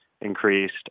increased